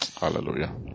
Hallelujah